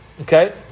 Okay